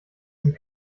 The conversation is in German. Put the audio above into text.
sind